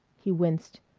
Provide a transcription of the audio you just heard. he winced.